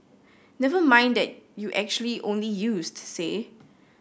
never mind that you actually only used say